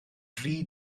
dri